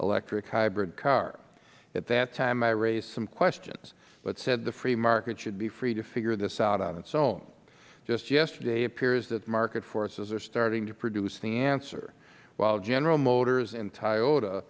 electric hybrid car at that time i raised some questions but said the free market should be free to figure this out on its own just yesterday it appears that the market forces are starting to produce the answer while general motors